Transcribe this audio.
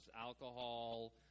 alcohol